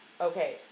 Okay